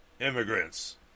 immigrants